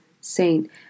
saint